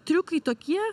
triukai tokie